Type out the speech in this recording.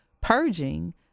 purging